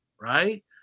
right